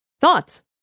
Thoughts